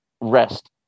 rest